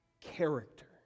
character